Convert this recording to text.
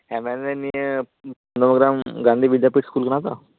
ᱦᱮᱸ ᱢᱮᱱ ᱫᱟᱹᱧ ᱱᱤᱭᱟᱹ ᱱᱚᱵᱚᱜᱨᱟᱢ ᱜᱟᱱᱫᱷᱤ ᱵᱤᱫᱽᱫᱟᱯᱤᱴ ᱤᱥᱠᱩᱞ ᱠᱟᱱᱟ ᱛᱚ